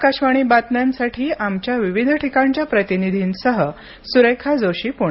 आकाशवाणी बातम्यांसाठी आमच्या विविध ठिकाणच्या प्रतिनिधींसह सुरेखा जोशी पुणे